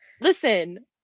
listen